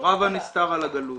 --- רב הנסתר על הגלוי.